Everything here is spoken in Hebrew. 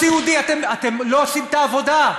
בסיעודי אתם לא עושים את העבודה.